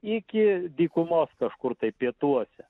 iki dykumos kažkur pietuose